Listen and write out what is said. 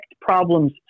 problems